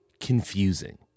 confusing